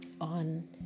on